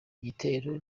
gitero